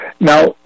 Now